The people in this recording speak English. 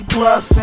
Plus